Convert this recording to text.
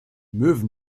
möwen